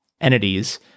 entities